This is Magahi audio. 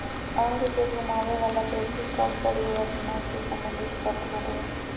अंग के घुमावे वला पेशी कफ शरीर रचना से सम्बंधित शब्द होबो हइ